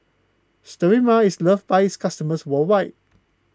Sterimar is loved by its customers worldwide